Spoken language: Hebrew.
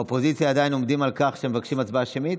באופוזיציה עדיין עומדים על כך שהם מבקשים הצבעה שמית?